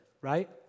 right